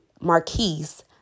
Marquise